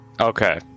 Okay